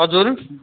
हजुर